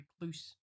recluse